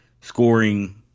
scoring